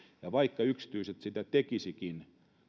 ja vaikka yksityiset sitä tekisivätkin